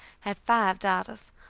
had five daughters,